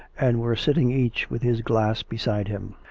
and were sitting each with his glass beside him.